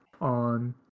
on